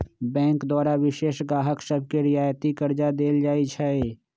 bank द्वारा विशेष गाहक सभके रियायती करजा देल जाइ छइ